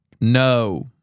No